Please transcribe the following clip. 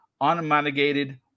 unmitigated